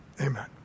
Amen